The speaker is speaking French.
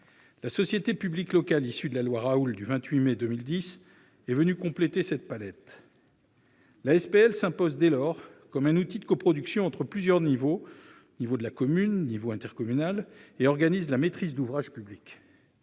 La société publique locale issue de la loi Raoul du 28 mai 2010 est venue compléter cette palette. La SPL s'impose dès lors comme un outil de coproduction entre plusieurs niveaux-communal et intercommunal- et organise la maîtrise d'ouvrage publique.